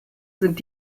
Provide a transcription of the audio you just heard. sind